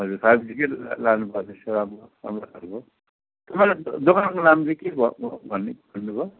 हजुर फाइभ जीकै लानुपर्ने छ अब राम्रो खालको तपाईँको दोकानको नाम चाहिँ के भन्ने भन्नु भयो